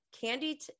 Candy